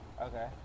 Okay